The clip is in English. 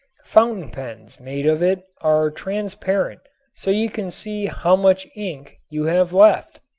fountain pens made of it are transparent so you can see how much ink you have left.